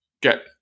get